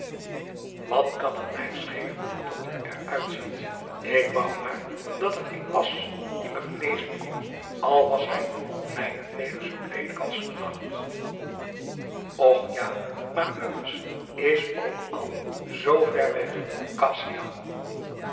wat kan het mij schelen hoe een dokter er uit ziet ik wou maar dat er een was die me genezen kon al was hij mijnentwege zoo leelijk als de nacht och ja maar uwes is ook al zoo vèr weg